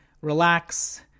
relax